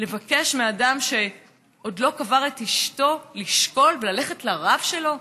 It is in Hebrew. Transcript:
לבקש מאדם שעוד לא קבר את אשתו לשקול וללכת לרב שלו?